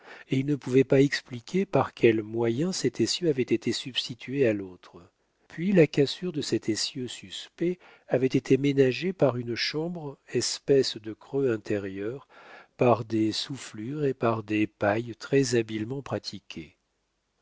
et il ne pouvait pas expliquer par quels moyens cet essieu avait été substitué à l'autre puis la cassure de cet essieu suspect avait été ménagée par une chambre espèce de creux intérieur par des soufflures et par des pailles très-habilement pratiquées